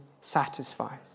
satisfies